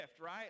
right